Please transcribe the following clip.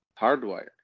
hardwired